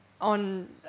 on